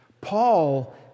Paul